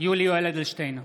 יולי יואל אדלשטיין,